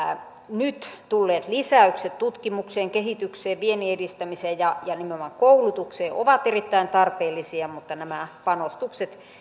nyt tulleet lisäykset tutkimukseen kehitykseen viennin edistämiseen ja ja nimenomaan koulutukseen ovat erittäin tarpeellisia mutta nämä panostukset